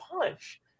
punch